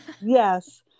Yes